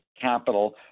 Capital